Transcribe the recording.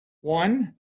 One